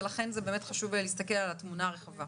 ולכן חשוב להסתכל על התמונה הרחבה.